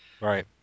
Right